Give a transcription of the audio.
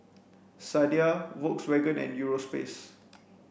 Sadia Volkswagen and Europace